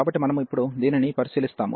కాబట్టి మనము ఇప్పుడు దీనిని పరిశీలిస్తాము